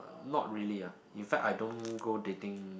not really ah in fact I don't go dating